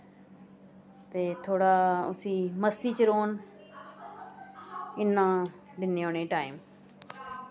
ते थोह्ड़ा उसी मस्ती च रौह्न इ'न्ना दिन्ने आं उ'नें ई टाइम